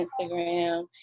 Instagram